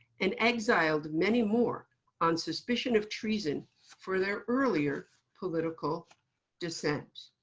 and exiled many more on suspicion of treason for their earlier political dissent.